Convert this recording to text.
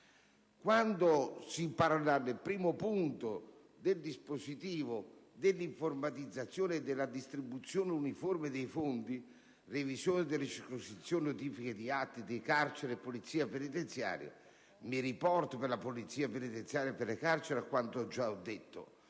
particolare, sul primo punto del dispositivo relativo all'informatizzazione e alla distribuzione uniforme dei fondi, revisione delle circoscrizioni, notifiche di atti, di carceri e polizia penitenziaria, mi riporto con riferimento alla Polizia penitenziaria e alle carceri a quanto già detto.